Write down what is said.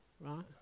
right